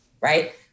Right